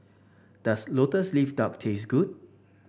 does lotus leaf duck taste good